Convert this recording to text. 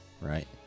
right